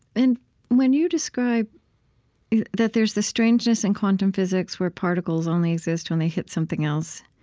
and when you describe that there's this strangeness in quantum physics, where particles only exist when they hit something else,